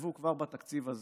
תוקצבו כבר בתקציב הזה.